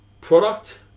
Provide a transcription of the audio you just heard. product